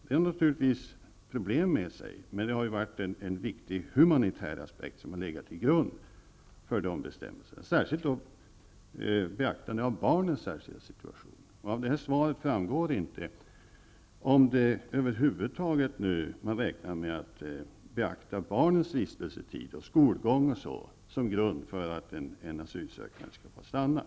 Det har naturligtvis fört problem med sig, men en viktig humanitär aspekt har legat till grund för de bestämmelserna, framför allt när det gäller beaktandet av barnens särskilda situation. Av svaret framgår inte om man över huvud taget räknar med att beakta barnens visteletid, skolgång m.m. som grund för att en asylsökande skall få stanna.